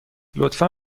لطفا